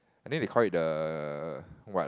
I think we call it the what